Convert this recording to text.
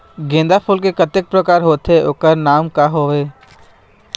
गेंदा फूल के कतेक प्रकार होथे ओकर नाम का हवे?